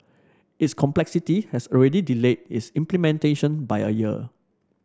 its complexity has already delayed its implementation by a year